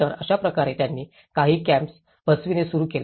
तर अशाप्रकारे त्यांनी काही कॅम्प्से बसविणे सुरू केले